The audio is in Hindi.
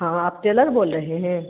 हाँ आप टेलर बोल रहे हैं